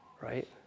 right